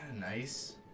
nice